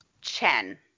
Chen